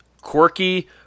quirky